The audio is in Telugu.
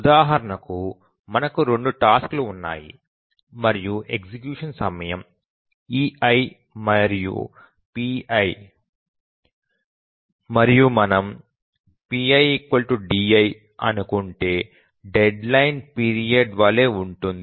ఉదాహరణకు మనకు 2 టాస్క్ లు ఉన్నాయి మరియు ఎగ్జిక్యూషన్ సమయం ei మరియు pi మరియు మనము pi di అనుకుంటే డెడ్ లైన్ పీరియడ్ వలె ఉంటుంది